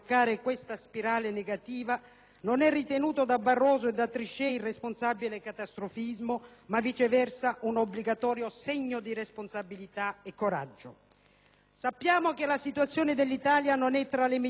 non è ritenuto da Barroso e da Trichet irresponsabile catastrofismo ma, viceversa, un obbligatorio segno di responsabilità e coraggio. Sappiamo che la situazione dell'Italia non è tra le migliori dell'Unione europea, tant'è